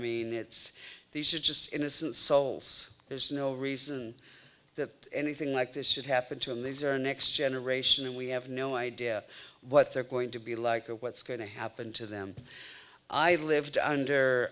mean it's these are just innocent souls there's no reason that anything like this should happen to him these are next generation and we have no idea what they're going to be like what's going to happen to them i lived under